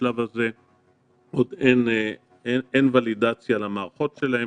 בשלב הזה עוד אין ולידציה למערכות שלהם.